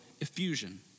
effusion